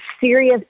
serious